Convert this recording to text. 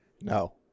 No